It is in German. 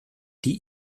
die